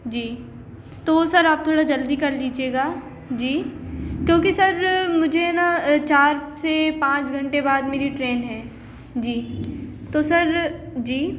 जी तो सर आप थोड़ा जल्दी कर लीजिएगा जी क्योंकि सर मुझे ना चार से पाँच घंटे बाद मेरी ट्रेन है जी तो सर जी